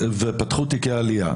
מופיע תחת 'נמצאים ופתחו תיקי עלייה',